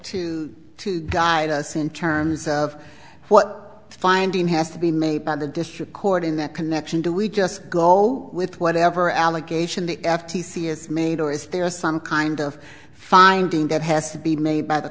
to to guide us in terms of what the finding has to be made by the district court in that connection do we just go with whatever allocation the f t c is made or is there some kind of finding that has to be made by the